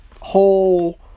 Whole